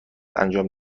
انجام